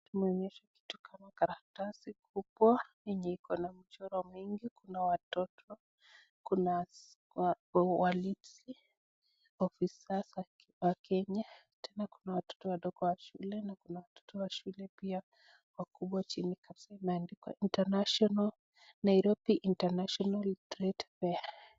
Tumeonyeshwa kitu kama karatasi kubwa yenye michoro mimgi , kuna watoto kuna walinzi ofisa za kenya kana watoto wadogo wa shule na Kuna watoto wa shule pia wakubwa wachini kabisa imeandikwa Nairobi international trade fare .